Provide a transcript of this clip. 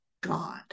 God